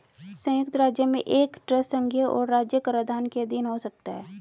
संयुक्त राज्य में एक ट्रस्ट संघीय और राज्य कराधान के अधीन हो सकता है